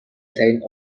ترین